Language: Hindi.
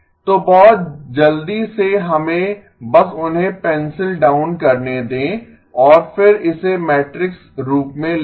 तो बहुत जल्दी से हमें बस उन्हें पेंसिल डाउन करने दें और फिर इसे मैट्रिक्स रूप में लिखें